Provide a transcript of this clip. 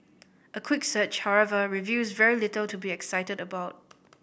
a quick search however reveals very little to be excited about